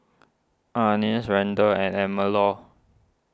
Anice Randel and Elmore